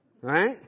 Right